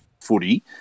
footy